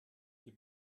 die